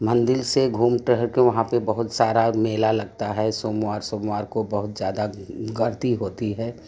मंदिर से घूम टहल के वह पे बहुत सारा मेला लगता है सोमवार सोमवार को बहुत ज़्यादा गति होती है